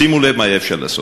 שימו לב מה אפשר היה לעשות: